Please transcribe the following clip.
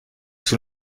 sous